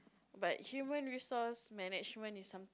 but human resource management is some